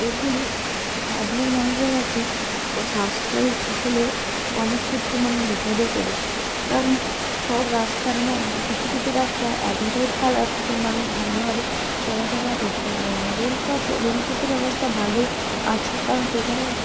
এইগুলি সাধারণ মানুষের কাছে সাশ্রয়ী হলেও অনেক ক্ষেত্রে মানুষ বিপদেও পড়েছে কারণ সব রাস্তার মধ্যে কিছু কিছু রাস্তা এতটাই খারাপ যে মানুষ ভালোভাবে চলাফেরা করতে পারে না রেলপথে রেলপথের ব্যবস্থা ভালোই আছে কারণ সেখানে